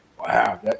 Wow